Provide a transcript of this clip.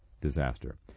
disaster